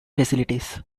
facilities